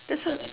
that's w~